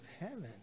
heaven